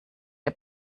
der